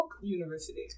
University